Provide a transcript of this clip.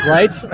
Right